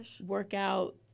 workout